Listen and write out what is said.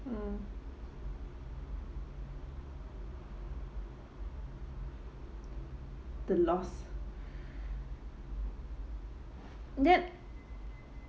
mm the loss that